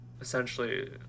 essentially